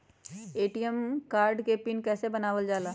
ATM card के PIN कैसे बनावल जाला?